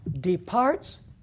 departs